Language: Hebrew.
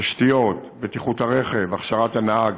תשתיות, בטיחות הרכב, הכשרת הנהג,